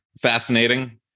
fascinating